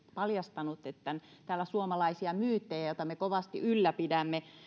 paljastanut täällä suomalaisia myyttejä joita me kovasti ylläpidämme